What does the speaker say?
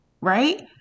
right